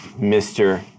Mr